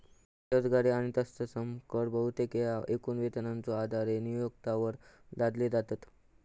बेरोजगारी आणि तत्सम कर बहुतेक येळा एकूण वेतनाच्यो आधारे नियोक्त्यांवर लादले जातत